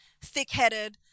thick-headed